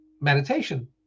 meditation